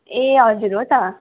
ए हजुर हो त